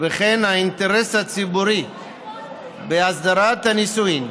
וכן האינטרס הציבורי בהסדרת הנישואין